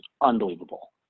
unbelievable